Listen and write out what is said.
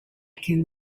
can